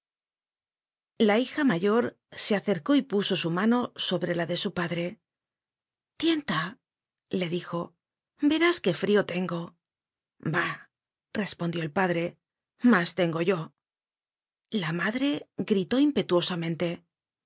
la hija mayor se acercó y puso su mano sobre la de su padre tienta le dijo verás qué frio tengo bah respondió el padre mas tengo yo la madre gritó